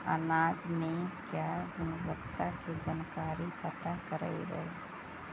अनाज मे क्या गुणवत्ता के जानकारी पता करबाय?